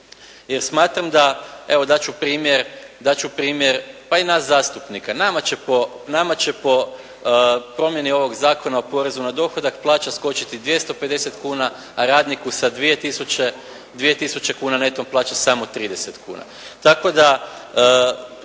primjer, dat ću primjer pa i nas zastupnika. Nama će po promjeni ovog Zakona o porezu na dohodak plaća skočiti 250 kuna, a radniku sa 2000 kuna neto plaće samo 30 kuna.